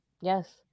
Yes